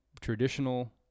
traditional